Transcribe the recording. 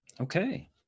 Okay